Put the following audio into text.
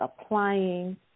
applying